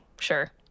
Sure